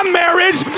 marriage